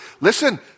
Listen